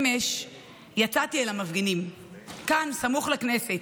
אמש יצאתי אל המפגינים, כאן, סמוך לכנסת,